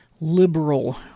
liberal